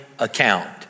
account